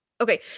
Okay